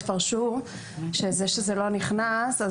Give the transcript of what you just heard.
יפרשו את זה שזה לא נכנס.